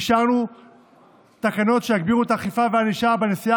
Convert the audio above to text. אישרנו תקנות שיגבירו את האכיפה והענישה בנסיעה